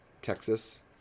Texas